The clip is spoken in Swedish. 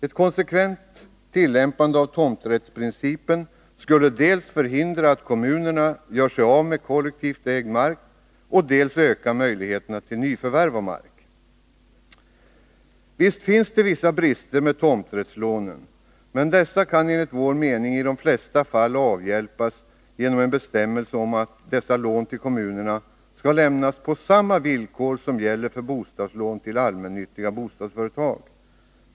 Ett konsekvent tillämpande av tomträttsprincipen skulle dels förhindra att kommunerna gör sig av med kollektivt ägd mark, dels öka möjligheterna till nyförvärv. Det finns vissa brister med tomträttslånen, men dessa kan enligt vår mening i de flesta fall avhjälpas genom en bestämmelse om att dessa lån till kommunerna skall lämnas på samma villkor som gäller för bostadslån till allmännyttiga bostadsföretag.